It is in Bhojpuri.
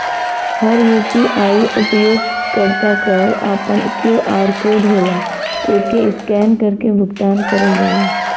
हर यू.पी.आई उपयोगकर्ता क आपन क्यू.आर कोड होला एके स्कैन करके भुगतान करल जाला